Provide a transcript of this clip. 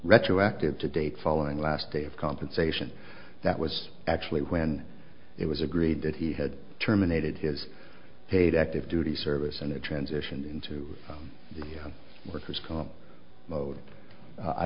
retroactive to date following last day of compensation that was actually when it was agreed that he had terminated his paid active duty service and it transitioned into the worker's comp mode